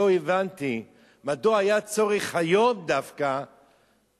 לא הבנתי מדוע היה צורך היום דווקא